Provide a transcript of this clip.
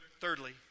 Thirdly